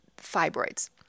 fibroids